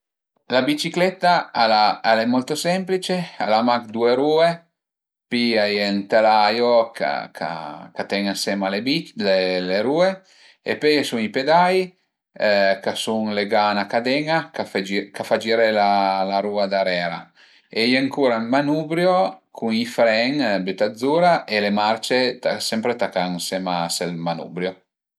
La bicicletta al a al e molto semplice, al a mach due rue, ën pi a ie ën telaio ch'a ch'a ten ënsema le bici le rue e pöi a i sun i pedai ch'a sun legà a 'na caden-a ch'a fa ch'a fa giré la rua darera e ai ancura ël manubrio cun i fren bütà zura e le marce sempre tacà ënsema sël manubrio